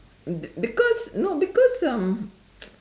be~ because no because um